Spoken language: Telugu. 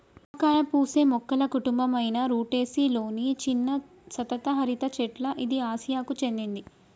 నిమ్మకాయ పూసే మొక్కల కుటుంబం అయిన రుటెసి లొని చిన్న సతత హరిత చెట్ల ఇది ఆసియాకు చెందింది